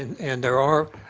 and there are